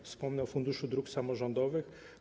Wspomnę o Funduszu Dróg Samorządowych.